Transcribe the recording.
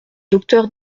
docteur